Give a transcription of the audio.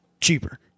cheaper